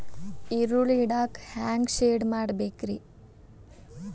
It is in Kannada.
ಈರುಳ್ಳಿ ಇಡಾಕ ಹ್ಯಾಂಗ ಶೆಡ್ ಮಾಡಬೇಕ್ರೇ?